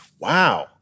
wow